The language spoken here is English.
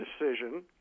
decision